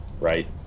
Right